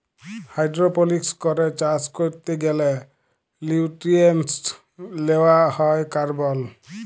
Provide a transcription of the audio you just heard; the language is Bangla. হাইড্রপলিক্স করে চাষ ক্যরতে গ্যালে লিউট্রিয়েন্টস লেওয়া হ্যয় কার্বল